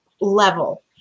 level